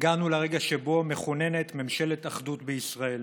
הגענו לרגע שבו מכוננת ממשלת אחדות בישראל.